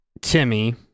Timmy